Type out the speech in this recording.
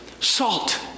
salt